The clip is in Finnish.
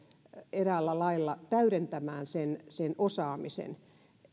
eräällä lailla täydentämään sen sen osaamisen